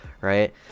right